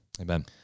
Amen